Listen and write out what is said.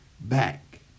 back